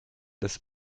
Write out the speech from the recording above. das